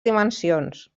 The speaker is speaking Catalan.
dimensions